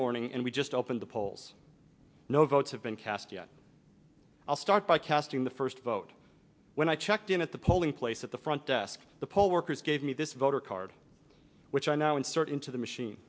morning and we just opened the polls no votes have been cast yet i'll start by casting the first vote when i checked in at the polling place at the front desk the poll workers gave me this voter card which i now insert into the machine